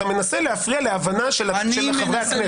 אתה מנסה להפריע להבנה של חברי הכנסת.